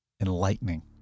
enlightening